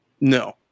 No